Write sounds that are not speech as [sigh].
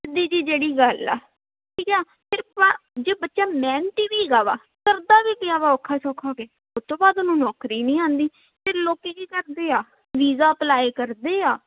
ਸਿੱਧੀ ਜਿਹੀ ਜਿਹੜੀ ਗੱਲ ਆ ਠੀਕ ਆ [unintelligible] ਜੇ ਬੱਚਾ ਮਿਹਨਤੀ ਵੀ ਹੈਗਾ ਵਾ ਕਰਦਾ ਵੀ ਪਿਆ ਵਾ ਔਖਾ ਸੌਖਾ ਹੋ ਕੇ ਉਸ ਤੋਂ ਬਾਅਦ ਉਹਨੂੰ ਨੌਕਰੀ ਨਹੀਂ ਆਉਂਦੀ ਅਤੇ ਲੋਕ ਕੀ ਕਰਦੇ ਆ ਵੀਜ਼ਾ ਅਪਲਾਈ ਕਰਦੇ ਆ